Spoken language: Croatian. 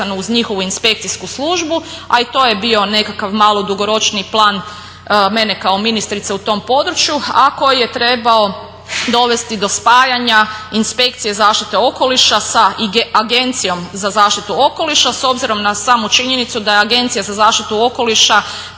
uz njihovu inspekcijsku službu. A i to je bio nekakav malo dugoročniji plan mene kao ministrice u tom području a koji je trebao dovesti do spajanja inspekcije zaštite okoliša sa Agencijom za zaštitu okoliša s obzirom na samu činjenicu da je Agencija za zaštitu okoliša